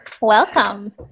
Welcome